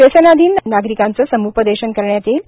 व्यसनाधीन नागरिकांनी सम्पदेशन करण्यात येईल